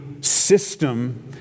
system